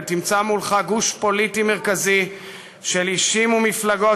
ותמצא מולך גוש פוליטי מרכזי של אישים ומפלגות